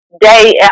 day